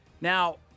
Now